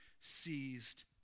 seized